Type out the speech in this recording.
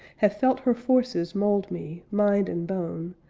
have felt her forces mould me, mind and bone,